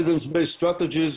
evidence based strategies,